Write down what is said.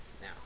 now